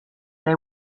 they